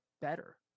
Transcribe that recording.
better